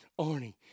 Arnie